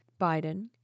Biden